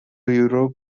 europe